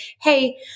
Hey